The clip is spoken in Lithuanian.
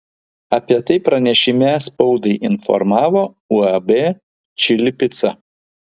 apie tai pranešime spaudai informavo uab čili pica